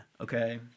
okay